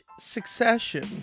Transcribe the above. Succession